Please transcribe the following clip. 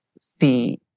see